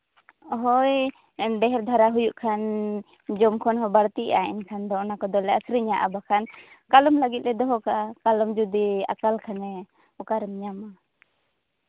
ᱦᱳᱭ ᱰᱷᱮᱨ ᱫᱷᱟᱨᱟ ᱦᱩᱭᱩᱜ ᱠᱷᱟᱱ ᱡᱚᱢ ᱠᱷᱚᱱ ᱦᱚᱸ ᱵᱟᱹᱲᱛᱤᱜᱼᱟ ᱮᱱᱠᱷᱟᱱ ᱫᱚ ᱚᱱᱟ ᱠᱚᱫᱚᱞᱮ ᱟᱠᱷᱨᱤᱧᱟ ᱟᱨ ᱵᱟᱠᱷᱟᱱ ᱠᱟᱞᱚᱢ ᱞᱟᱹᱜᱤᱫ ᱞᱮ ᱫᱚᱦᱚ ᱠᱟᱜᱼᱟ ᱠᱟᱞᱚᱢ ᱡᱩᱫᱤ ᱟᱠᱟᱞ ᱠᱷᱟᱱᱮ ᱚᱠᱟᱨᱮᱢ ᱧᱟᱢᱟ